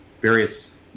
various